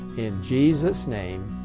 in jesus name,